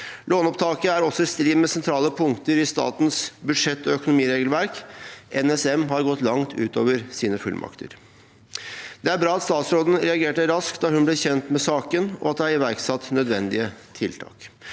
Låneopptaket er også i strid med sentrale punkter i statens budsjett- og økonomiregelverk. NSM har gått langt utover sine fullmakter. Det er bra at statsråden reagerte raskt da hun ble kjent med saken, og at det er iverksatt nødvendige tiltak.